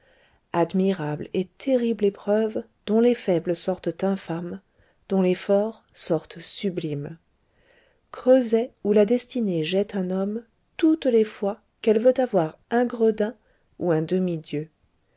admirable et terrible épreuve dont les faibles sortent infâmes dont les forts sortent sublimes creuset où la destinée jette un homme toutes les fois qu'elle veut avoir un gredin ou un demi-dieu